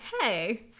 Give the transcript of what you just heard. hey